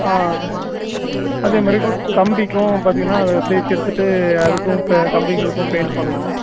ஆ அதேமாதிரி கம்பிக்கும் பார்த்திங்கன்னா அதை தேய்ச்சு எடுத்துகிட்டு அதுக்கும் இப்போ கம்பிங்களுக்கும் பெயிண்ட் பண்ணணும்